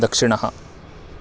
दक्षिणः